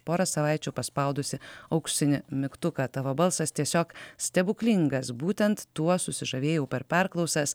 porą savaičių paspaudusi auksinį mygtuką tavo balsas tiesiog stebuklingas būtent tuo susižavėjau per perklausas